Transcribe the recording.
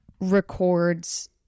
records